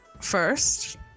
first